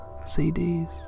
CDs